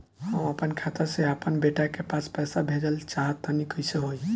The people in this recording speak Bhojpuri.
हम आपन खाता से आपन बेटा के पास पईसा भेजल चाह तानि कइसे होई?